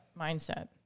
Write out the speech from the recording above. mindset